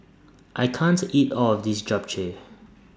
I can't eat All of This Japchae